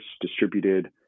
distributed